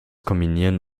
kombinieren